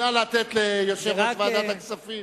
נא לתת ליושב-ראש ועדת הכספים